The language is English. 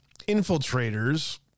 infiltrators